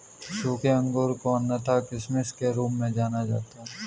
सूखे अंगूर को अन्यथा किशमिश के रूप में जाना जाता है